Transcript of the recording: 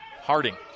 Harding